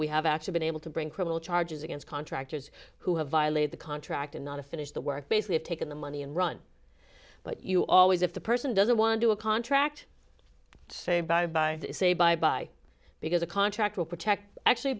we have actually been able to bring criminal charges against contractors who have violated the contract and not to finish the work basically have taken the money and run but you always if the person doesn't want to a contract say bye bye bye bye because a contract will protect actually